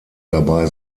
dabei